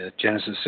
Genesis